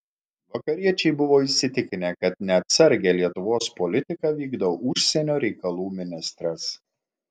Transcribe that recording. vakariečiai buvo įsitikinę kad neatsargią lietuvos politiką vykdo užsienio reikalų ministras